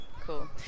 cool